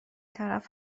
طرف